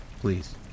please